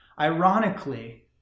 Ironically